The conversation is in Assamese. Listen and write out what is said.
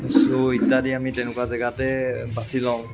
ছ' ইত্যাদি আমি তেনেকুৱা জেগাতে বাছি লওঁ